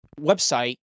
website